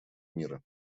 мира